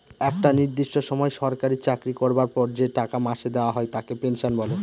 একটা নির্দিষ্ট সময় সরকারি চাকরি করবার পর যে টাকা মাসে দেওয়া হয় তাকে পেনশন বলে